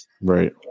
Right